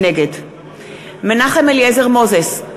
נגד מנחם אליעזר מוזס,